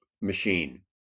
machine